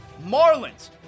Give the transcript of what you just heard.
Marlins